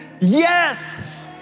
yes